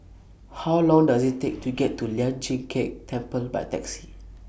How Long Does IT Take to get to Lian Chee Kek Temple By Taxi